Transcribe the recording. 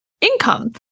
income